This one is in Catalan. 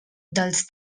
dels